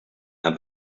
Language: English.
and